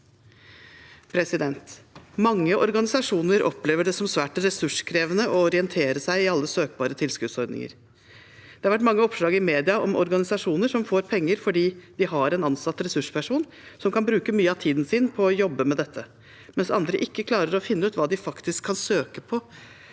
Mange organisasjoner opplever det som svært ressurskrevende å orientere seg i alle søkbare tilskuddsordninger. Det har vært mange oppslag i media om organisasjoner som får penger fordi de har en ansatt ressursperson som kan bruke mye av tiden sin på å jobbe med dette, mens andre ikke klarer å finne ut hva de faktisk kan søke på,